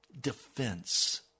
defense